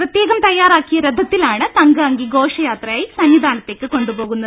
പ്രത്യേകം തയ്യാറാക്കിയ രഥത്തിലാണ് തങ്കഅങ്കി ഘോഷയാത്രയായി സന്നിധാനത്തേക്ക് കൊണ്ടുപോകുന്നത്